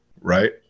right